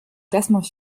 classement